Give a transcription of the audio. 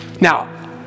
Now